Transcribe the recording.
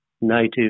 native